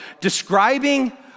describing